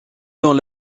dans